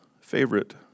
favorite